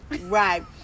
Right